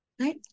right